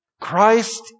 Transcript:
Christ